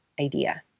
idea